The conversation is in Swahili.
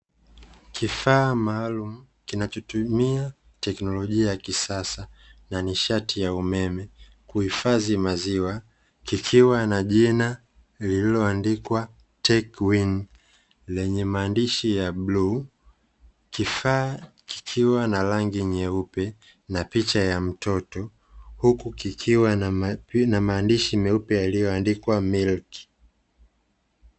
Kifaa maalumu kinachotumia technolojia ya kisasa na nishati ya umeme huhifadhi maziwa kikiwa na jina lililoandikwa "take win" lenye maandishi ya bluu. Kifaa kikiwa na rangi nyeupe na picha ya mtoto huku kikiwa na maandishi meupe yaliyoandikwa "milk".